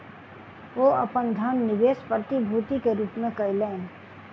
ओ अपन धन निवेश प्रतिभूति के रूप में कयलैन